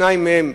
שניים מהם,